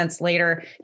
later